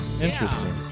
Interesting